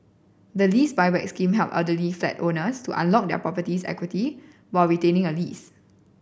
the Lease Buyback Scheme help elderly flat owners to unlock their property's equity while retaining a lease